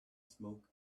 smoke